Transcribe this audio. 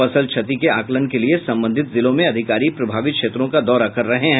फसल क्षति के आकलन के लिए संबंधित जिलों में अधिकारी प्रभावित क्षेत्रों का दौरा कर रहे हैं